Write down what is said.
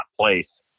place